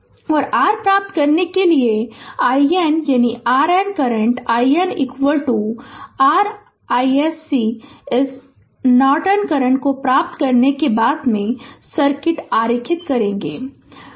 Refer Slide Time 0428 और r प्राप्त करने के लिए IN यानी RN current IN r iSC इस नॉर्टन करंट को प्राप्त करने के लिए बाद में सर्किट आरेखित करेगे